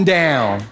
down